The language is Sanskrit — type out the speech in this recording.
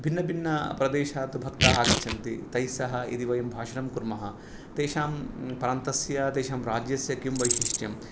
भिन्नभिन्नप्रदेशात् भक्ताः आगच्छन्ति तैः सह यदि वयं भाषणं कुर्मः तेषां प्रान्तस्य तेषां राज्यस्य किं वैशिष्ट्यं